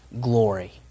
glory